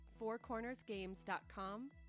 fourcornersgames.com